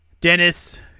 Dennis